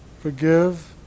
Forgive